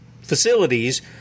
facilities